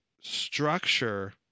structure